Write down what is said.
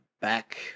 back